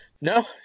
No